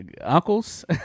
uncles